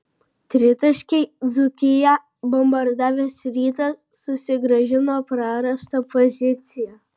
tritaškiai dzūkiją bombardavęs rytas susigrąžino prarastą poziciją